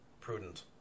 prudent